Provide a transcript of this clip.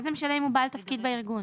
מה זה משנה אם הוא בעל תפקיד בארגון,